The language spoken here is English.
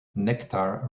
nectar